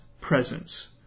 presence